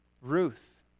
Ruth